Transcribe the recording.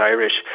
Irish